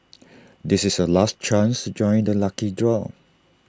this is your last chance to join the lucky draw